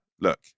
look